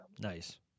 Nice